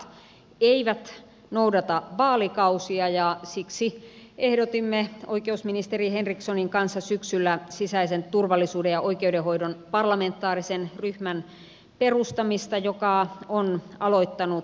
turvallisuusuhat eivät noudata vaalikausia ja siksi ehdotimme oikeusministeri henrikssonin kanssa syksyllä sisäisen turvallisuuden ja oikeudenhoidon parlamentaarisen ryhmän perustamista joka on aloittanut toimintansa